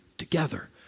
together